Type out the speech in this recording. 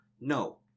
No